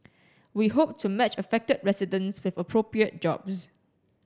we hope to match affected residents with appropriate jobs